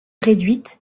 réduite